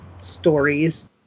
stories